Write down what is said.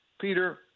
Peter